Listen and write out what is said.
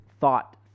Thought